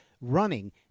running